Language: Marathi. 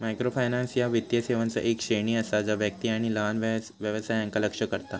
मायक्रोफायनान्स ह्या वित्तीय सेवांचा येक श्रेणी असा जा व्यक्ती आणि लहान व्यवसायांका लक्ष्य करता